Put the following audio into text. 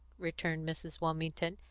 returned mrs. wilmington,